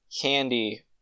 Candy